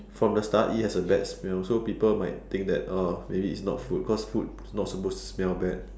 from the start it has a bad smell so people might think that oh maybe it's not food cause food not supposed to smell bad